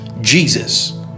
Jesus